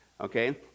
okay